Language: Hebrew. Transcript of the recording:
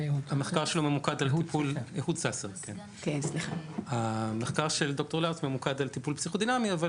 המחקר של ד"ר לאוס ממוקד על טיפול פסיכו-דינמי אבל